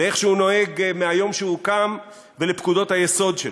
לדרך שבה הוא נוהג מיום קומו ולפקודות היסוד שלו.